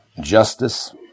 justice